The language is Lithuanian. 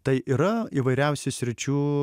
tai yra įvairiausių sričių